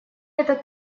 этот